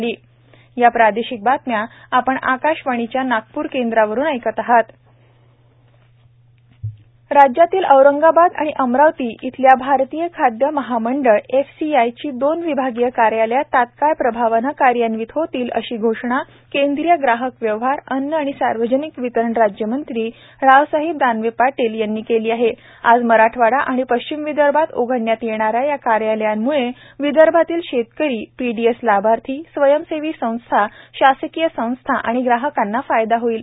भारतीय खादय महामंडळ राज्यातील औरंगाबाद आणि अमरावती येथील भारतीय खादय महामंडळ अर्थात एफसीआयची दोन विभागीय कार्यालये तत्काळ प्रभावानेकार्यान्वित होतील अशी घोषणा केंद्रीय ग्राहक व्यवहारअन्न आणि सार्वजनिक वितरण राज्यमंत्री रावसाहेब दानवे पाटील यांनी केली आहे आज मराठवाडा आणि पश्चिम विदर्भात उघडण्यात येणा या याकार्यालयामुळे विदर्भातील शेतकरी पीडीएस लाभार्थी स्वयंसेवी संस्थाशासकीय संस्था आणिग्राहकांनाफायदा होईल